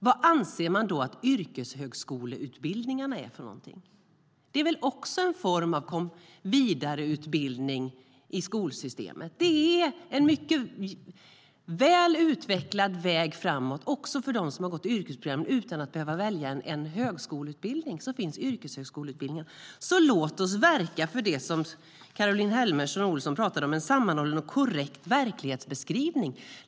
Vad anser man då att yrkeshögskoleutbildningarna är för något? Det är också en form av vidareutbildning i skolsystemet. Det är en väl utvecklad väg framåt för dem som har gått yrkesprogrammen utan att behöva välja en högskoleutbildning. Låt oss verka för det som Caroline Helmersson Olsson talade om: en sammanhållen och korrekt verklighetsbeskrivning.